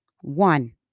One